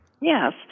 Yes